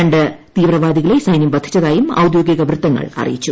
ര ് തീവ്രവാദികളെ സൈന്യം വധിച്ചതായും ഔദ്യോഗിക വൃത്തങ്ങൾ അറിയിച്ചു